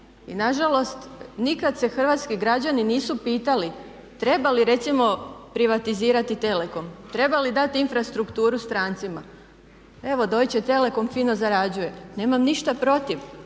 I nažalost nikad se hrvatski građani nisu pitali treba li recimo privatizirati telekom, treba li dati infrastrukturu stranci? Evo Deutsche telekom fino zarađuje. Nemam ništa protiv,